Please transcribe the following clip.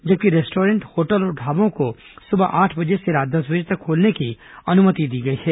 जबकि restaurant hotel और ढाबों को सुबह आठ बजे से रात दस तक खोलने की अनुमति दी गई है